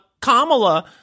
Kamala